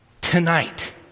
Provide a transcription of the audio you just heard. Tonight